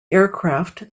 aircraft